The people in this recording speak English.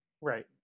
Right